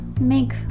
make